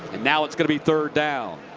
now it's going to be third down.